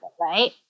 right